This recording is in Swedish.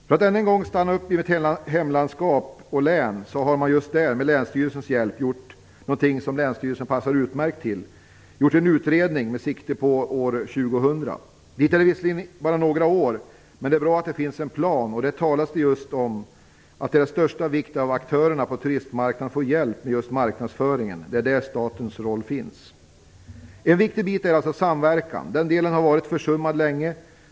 För att än en gång stanna upp i mitt hemlandskap och hemlän kan jag berätta att man där med länsstyrelsens hjälp har gjort någonting som länsstyrelsen passar utmärkt för, nämligen en utredning med sikte på år 2000. Dit är det visserligen bara några år, men det är bra att det finns en plan. Och det talas om att det är av största vikt att aktörerna på turistmarknaden får hjälp med just marknadsföringen. Det är där statens roll finns. En viktig bit är också samverkan. Den delen har varit försummad länge.